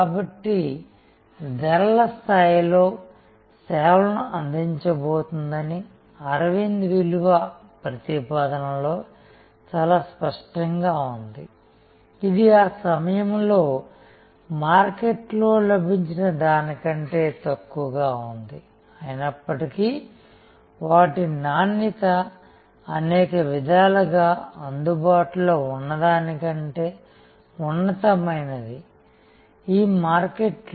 కాబట్టి ధరల స్థాయిలో సేవలను అందించబోతోందని అరవింద్ విలువ ప్రతిపాదన లో చాలా స్పష్టంగా ఉంది ఇది ఆ సమయంలో మార్కెట్లో లభించిన దానికంటే తక్కువగా ఉంది అయినప్పటికీ వాటి నాణ్యత అనేక విధాలుగా అందుబాటులో ఉన్నదానికంటే ఉన్నతమైనది ఈ మార్కెట్లో